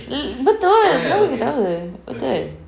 betul kenapa ketawa betul